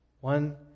One